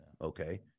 Okay